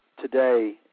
today